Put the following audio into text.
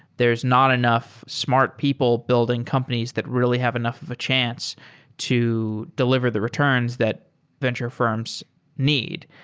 there is not enough smart people building companies that really have enough of a chance to deliver the returns that venture fi rms need.